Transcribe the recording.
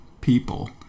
people